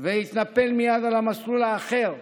והתנפל מייד על המסלול האחר,